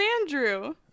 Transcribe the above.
andrew